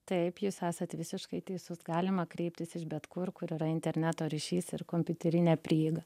taip jūs esate visiškai teisus galima kreiptis iš bet kur kur yra interneto ryšys ir kompiuterinę prieigą